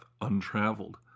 untraveled